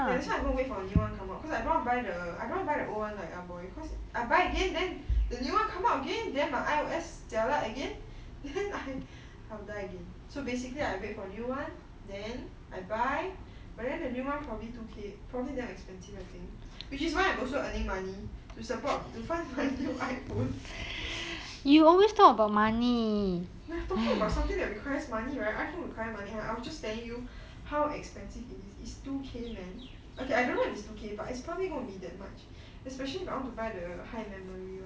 ya that's why I'm gonna wait for the new one come out because I don't wanna buy the I don't want buy the old one like ah boy because I buy again then the new one come out again then my I_O_S jialat again then I have to die again so basically I wait for new one then I buy but then the new one probably two K probably damn expensive thing which is why I'm also earning money to support to find my iPhone not we're talking about something that requires money right iPhone require money right snd I wws just telling you how expensive it is is two K man okay I don't know if it's two K but it's probably going be that much especially if I want to buy the high memory one